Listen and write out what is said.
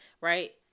Right